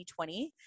2020